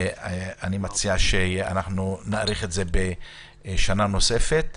אני מציע שנאריך את זה בשנה נוספת.